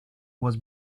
was